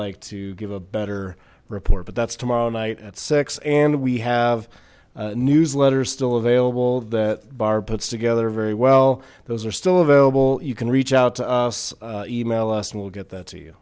like to give a better report but that's tomorrow night at and we have newsletters still available that barb puts together very well those are still available you can reach out to us email us and we'll get that to you